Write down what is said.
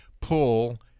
pull